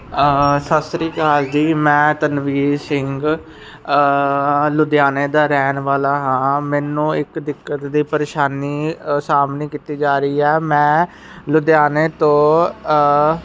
ਸਤਿ ਸ਼੍ਰੀ ਅਕਾਲ ਜੀ ਮੈਂ ਤਨਵੀਰ ਸਿੰਘ ਲੁਧਿਆਣੇ ਦਾ ਰਹਿਣ ਵਾਲਾ ਹਾਂ ਮੈਨੂੰ ਇੱਕ ਦਿੱਕਤ ਦੀ ਪਰੇਸ਼ਾਨੀ ਸਾਮਨੇ ਕੀਤੀ ਜਾ ਰਹੀ ਹੈ ਮੈਂ ਲੁਧਿਆਣੇ ਤੋਂ